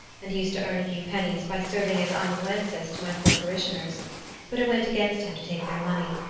and used to earn a few pennies by serving as amanuensis to my poor parishioners but it went against him to take their money,